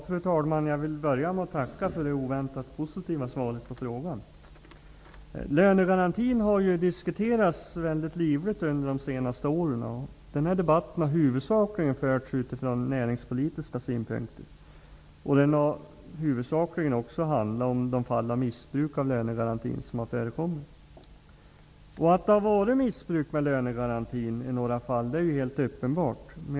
Fru talman! Jag vill börja med att tacka för det oväntat positiva svaret på frågan. Lönegarantin har under de senaste åren diskuterats mycket livligt. Denna debatt har huvudsakligen förts utifrån näringspolitiska synpunkter. Debatten har också huvudsakligen handlat om de fall av missbruk av lönegarantin som förekommit. Att det har funnits fall av missbruk när det gäller lönegarantin är helt uppenbart.